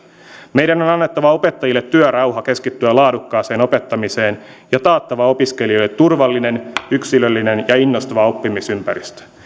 meidän on annettava opettajille työrauha keskittyä laadukkaaseen opettamiseen ja taattava opiskelijoille turvallinen yksilöllinen ja innostava oppimisympäristö